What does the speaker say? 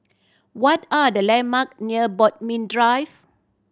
what are the landmark near Bodmin Drive